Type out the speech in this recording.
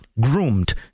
groomed